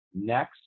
Next